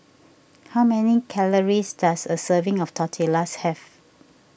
how many calories does a serving of Tortillas have